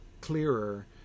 clearer